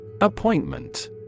Appointment